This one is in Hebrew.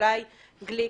אולי גליק,